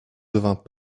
devint